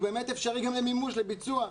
הוא באמת אפשרי גם למימוש, לביצוע,